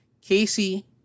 Casey